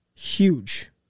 huge